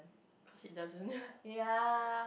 ya